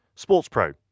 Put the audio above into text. SportsPro